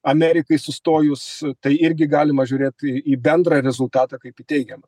amerikai sustojus tai irgi galima žiūrėt į bendrą rezultatą kaip į teigiamą